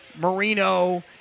Marino